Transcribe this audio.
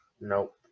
Nope